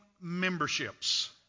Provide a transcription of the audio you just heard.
memberships